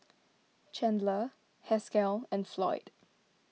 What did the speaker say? Chandler Haskell and Floyd